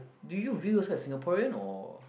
do you view yourself as Singaporean or